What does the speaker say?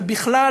ובכלל,